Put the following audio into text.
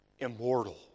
Immortal